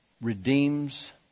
redeems